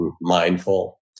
mindful